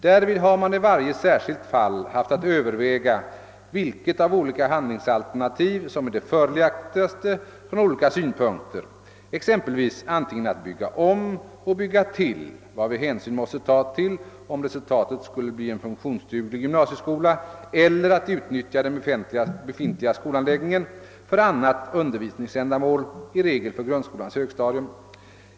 Därvid har man i varje särskilt fall haft att överväga vilket av olika handlingsalternativ som är det fördelaktigaste från olika synpunkter, exempelvis antingen att bygga om och bygga till — varvid hänsyn måste tas till om resultatet skulle bli en funktionsduglig gymnasieskola — eller att utnyttja den befintliga skolanläggningen för annat undervisningsändamål, i regel för grundskolans högstadium.